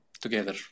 together